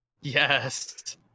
Yes